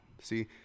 See